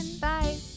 Bye